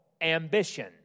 ambition